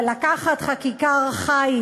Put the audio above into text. אבל לקחת חקיקה ארכאית,